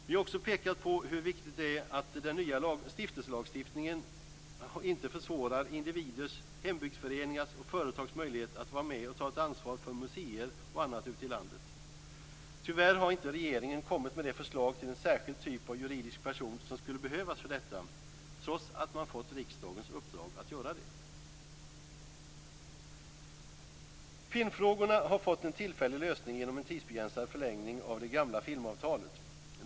Vi har också pekat på hur viktigt det är att den nya stiftelselagstiftningen inte försvårar individers, hembygdsföreningars och företags möjlighet att vara med och ta ett ansvar för museer och annat ute i landet. Tyvärr har inte regeringen kommit med det förslag till en särskild typ av juridisk person som skulle behövas för detta, trots att man fått riksdagens uppdrag att göra det. Filmfrågorna har fått en tillfällig lösning genom en tidsbegränsad förlängning av det gamla filmavtalet.